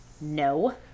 No